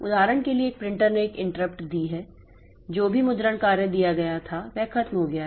उदाहरण के लिए एक प्रिंटर ने एक इंटरप्ट दी है कि जो भी मुद्रण कार्य दिया गया था वह खत्म हो गया है